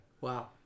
Wow